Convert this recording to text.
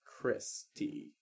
Christy